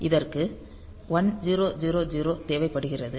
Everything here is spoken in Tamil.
இதற்கு 1000 தேவைப்படுகிறது